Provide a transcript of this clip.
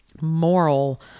moral